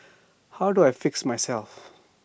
how do I fix myself